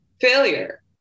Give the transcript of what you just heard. failure